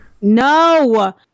no